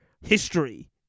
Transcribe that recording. history